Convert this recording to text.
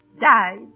died